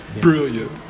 brilliant